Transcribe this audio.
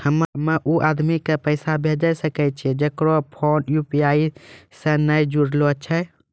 हम्मय उ आदमी के पैसा भेजै सकय छियै जेकरो फोन यु.पी.आई से नैय जूरलो छै?